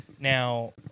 now